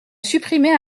supprimer